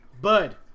Bud